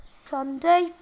Sunday